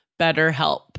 BetterHelp